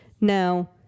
Now